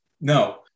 No